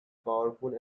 powerful